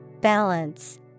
Balance